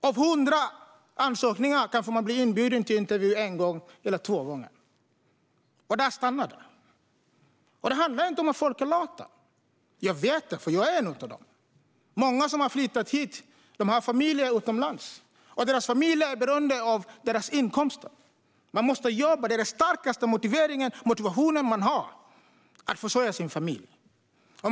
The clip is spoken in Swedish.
På hundra ansökningar kanske de blir inbjudna till intervju en eller två gånger, och där stannar det. Det handlar inte om att människor är lata. Jag vet det, för jag är en av dem. Många som har flyttat hit har familjer utomlands. Deras familjer är beroende av deras inkomster. De måste jobba. Att försörja sin familj är den starkaste motivationen de har.